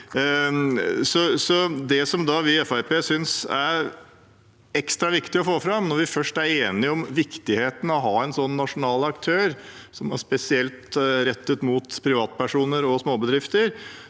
synes er ekstra viktig å få fram, når vi først er enige om viktigheten av å ha en nasjonal aktør som er spesielt rettet mot privatpersoner og småbedrifter,